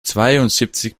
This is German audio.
zweiundsiebzig